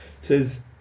says